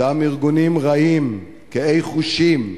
אותם ארגונים רעים, קהי חושים,